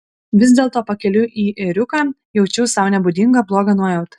vis dėlto pakeliui į ėriuką jaučiau sau nebūdingą blogą nuojautą